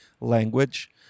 language